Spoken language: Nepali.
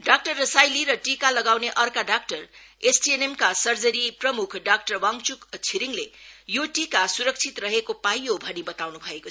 डाक्टर रसाइली र टीका लगाउने अर्का डाक्टर एसटीएनएमका सर्जरी प्रम्ख डाक्टक वाङच्क छिरिङले यो टीका स्रक्षित रहेको इयो भनी बताउन् भयो